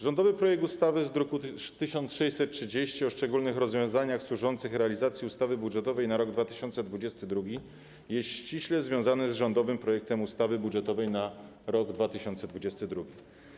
Rządowy projekt ustawy z druku nr 1630 o szczególnych rozwiązaniach służących realizacji ustawy budżetowej na rok 2022 jest ściśle związany z rządowym projektem ustawy budżetowej na rok 2022.